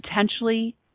potentially